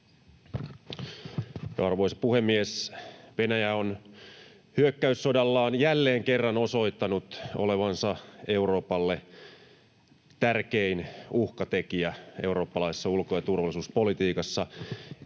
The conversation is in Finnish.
Arvoisa puhemies! Venäjä on hyökkäyssodallaan jälleen kerran osoittanut olevansa Euroopalle tärkein uhkatekijä eurooppalaisessa ulko- ja turvallisuuspolitiikassa.